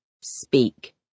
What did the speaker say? speak